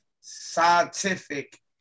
scientific